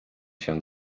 się